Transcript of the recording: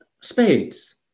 spades